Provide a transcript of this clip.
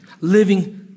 living